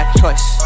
choice